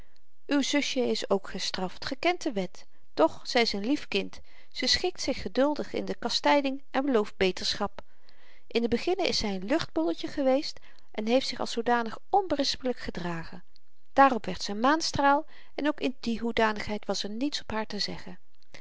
uw zusjen is ook gestraft ge kent de wet doch zy is n lief kind ze schikt zich geduldig in de kastyding en belooft beterschap in den beginne is zy een luchtbolletje geweest en heeft zich als zoodanig onberispelyk gedragen daarop werd ze een maanstraal en ook in die hoedanigheid was er niets op haar te zeggen